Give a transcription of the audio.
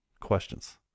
questions